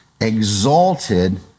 exalted